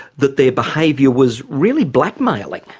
that their behaviour was really blackmailing.